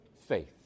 faith